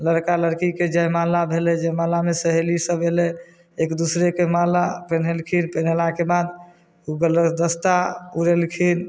लड़का लड़कीके जयमाला भेलै जयमालामे सहेली सब अयलै एक दूसरेके माला पेनहेलखिन पेन्हेलाके बाद गुलदस्ता ऊरेलखिन